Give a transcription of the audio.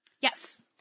Yes